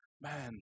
Man